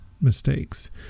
mistakes